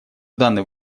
данный